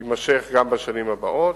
תימשך גם בשנים הבאות.